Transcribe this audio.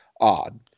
odd